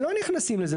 שלא נכנסים לזה.